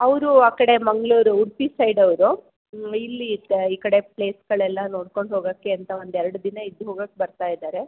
ಅವರು ಆ ಕಡೆ ಮಂಗಳೂರು ಉಡುಪಿ ಸೈಡ್ ಅವರು ಇಲ್ಲಿ ಇತ್ತ ಈ ಕಡೆ ಪ್ಲೇಸ್ಗಳೆಲ್ಲ ನೋಡ್ಕೊಂಡು ಹೋಗೋಕ್ಕೆ ಅಂತ ಒಂದು ಎರ್ಡು ದಿನ ಇದ್ದು ಹೋಗೋಕ್ಕೆ ಬರ್ತಾ ಇದ್ದಾರೆ